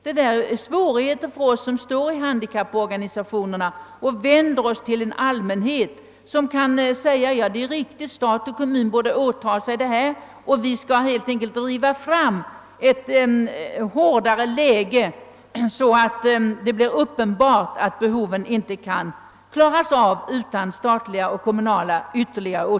Detta innebär svårigheter för oss i handikapporganisationerna, då vi vänder oss till en allmänhet, som menar att det är stat och kommun som borde åtaga sig saken och därför helt enkelt vill åstadkomma en svårare situation, så att det blir uppenbart att behoven inte kan klaras av utan ytterligare statliga och kommunala åtgärder.